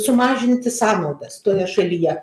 sumažinti sąnaudas toje šalyje